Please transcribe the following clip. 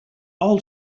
all